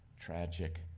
tragic